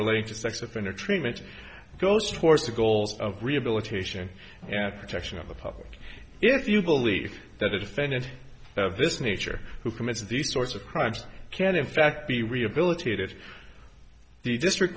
relating to sex offender treatment goes towards the goals of rehabilitation and protection of the public if you believe that a defendant of this nature who commits these sorts of crimes can in fact be rehabilitated the district